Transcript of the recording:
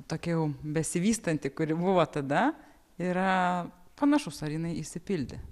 tokia jau besivystanti kuri buvo tada yra panašus ar jinai išsipildė